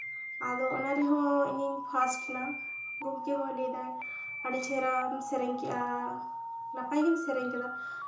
ᱟᱫᱚ ᱚᱱᱟ ᱨᱮᱦᱚᱸ ᱤᱧᱤᱧ ᱯᱷᱟᱥᱴ ᱮᱱᱟ ᱜᱚᱢᱠᱮ ᱦᱚᱸ ᱞᱟᱹᱭᱫᱟᱭ ᱟᱹᱰᱤ ᱪᱮᱦᱨᱟᱢ ᱥᱮᱨᱮᱧ ᱠᱮᱜᱼᱟ ᱱᱟᱯᱟᱭ ᱜᱮᱢ ᱥᱮᱨᱮᱧ ᱠᱮᱫᱟ